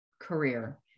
career